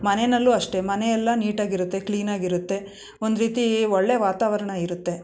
ಮನೆನಲ್ಲೂ ಅಷ್ಟೇ ಮನೆಯೆಲ್ಲ ನೀಟಾಗಿರುತ್ತೆ ಕ್ಲೀನಾಗಿರುತ್ತೆ ಒಂದು ರೀತಿ ಒಳ್ಳೆ ವಾತಾವರಣ ಇರುತ್ತೆ